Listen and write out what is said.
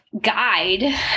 guide